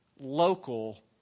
local